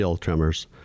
tremors